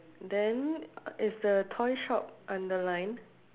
then is the toy shop underlined